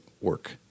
work